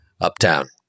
uptown